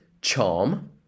charm